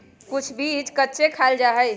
कुछ बीज कच्चे खाल जा हई